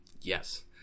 Yes